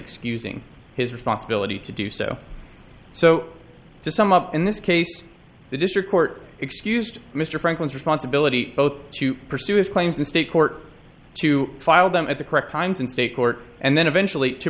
excusing his responsibility to do so so to sum up in this case the district court excused mr franklin's responsibility both to pursue his claims in state court to file them at the correct times in state court and then eventually to